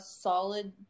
solid